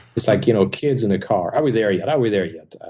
it's like you know kids in the car. are we there yet? are we there yet?